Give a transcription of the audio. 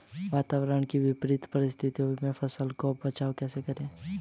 वातावरण की विपरीत परिस्थितियों में फसलों का बचाव कैसे करें?